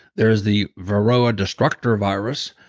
there is the varroa destructor virus,